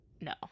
No